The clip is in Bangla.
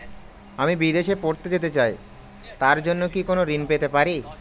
আমি বিদেশে পড়তে যেতে চাই তার জন্য কি কোন ঋণ পেতে পারি?